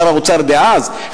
שר האוצר דאז,